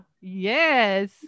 yes